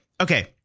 okay